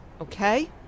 Okay